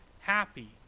Happy